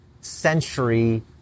century